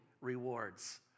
rewards